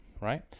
right